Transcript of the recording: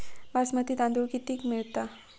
बासमती तांदूळ कितीक मिळता?